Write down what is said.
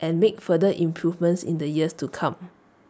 and make further improvements in the years to come